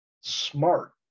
smart